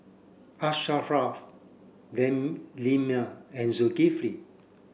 Asharaff Delima and Zulkifli